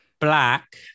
black